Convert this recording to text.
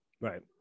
Right